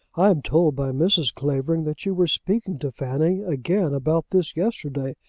i am told by mrs. clavering that you were speaking to fanny again about this yesterday,